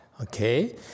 Okay